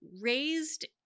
raised